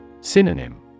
Synonym